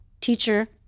teacher